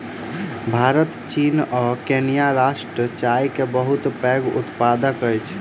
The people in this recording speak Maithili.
भारत चीन आ केन्या राष्ट्र चाय के बहुत पैघ उत्पादक अछि